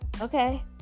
okay